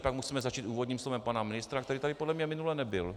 Pak musíme začít úvodním slovem pana ministra, který tady podle mě minule nebyl.